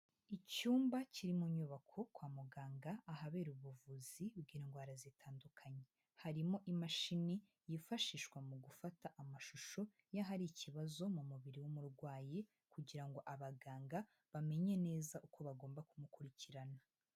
Icyumba kiri mu nyubako kwa muganga ahabera ubuvuzi bw'indwara zitandukanye, harimo imashini yifashishwa mu gufata amashusho y'ahari ikibazo mu mubiri w'umurwayi, kugira ngo abaganga bamenye neza uko bagomba kumukurikirana.